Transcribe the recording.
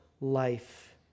life